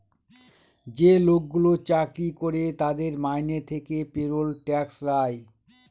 যে লোকগুলো চাকরি করে তাদের মাইনে থেকে পেরোল ট্যাক্স যায়